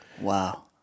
wow